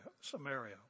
Samaria